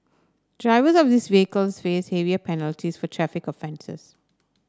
drivers of these vehicles face heavier penalties for traffic offences